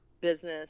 business